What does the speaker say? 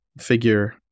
figure